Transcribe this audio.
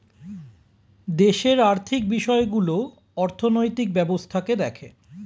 দেশের আর্থিক বিষয়গুলো অর্থনৈতিক ব্যবস্থাকে দেখে